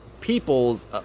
people's